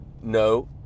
No